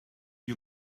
you